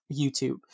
YouTube